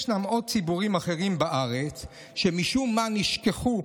גם ציבורים אחרים בארץ שמשום מה נשכחו,